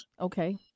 Okay